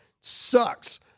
Sucks